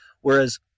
whereas